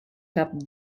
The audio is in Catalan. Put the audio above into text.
cap